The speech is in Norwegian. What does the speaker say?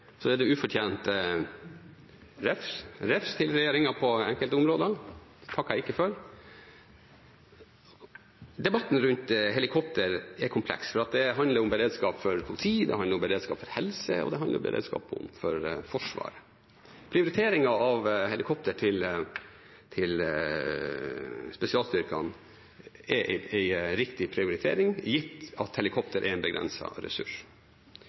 ufortjent refs til regjeringen på andre områder – det takker jeg ikke for. Debatten rundt helikopter er kompleks, for det handler om beredskap for politi, det handler om beredskap for helse, og det handler om beredskap for forsvar. Prioriteringen av helikopter til spesialstyrkene er en riktig prioritering gitt at helikopter er en begrenset ressurs.